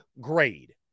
grade